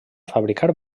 fabricar